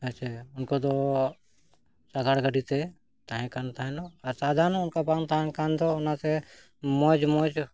ᱦᱮᱸ ᱥᱮ ᱩᱱᱠᱩ ᱫᱚ ᱥᱟᱜᱟᱲ ᱜᱟᱹᱰᱤ ᱛᱮ ᱛᱟᱦᱮᱸ ᱠᱟᱱ ᱛᱟᱦᱮᱱᱟ ᱟᱨ ᱥᱟᱫᱷᱟᱨᱚᱱ ᱚᱱᱠᱟ ᱵᱟᱝ ᱛᱟᱦᱮᱱ ᱠᱷᱟᱱ ᱫᱚ ᱚᱱᱟᱛᱮ ᱢᱚᱡᱽ ᱢᱚᱡᱽ